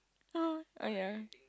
!ha! oh ya